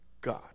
God